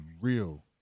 real